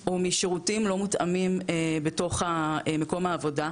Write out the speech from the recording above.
או משירותים לא מותאמים בתוך מקום העבודה.